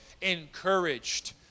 encouraged